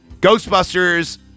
Ghostbusters